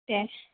दे